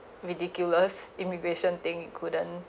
ridiculous immigration thing you couldn't